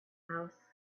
house